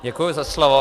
Děkuji za slovo.